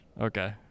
Okay